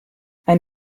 ein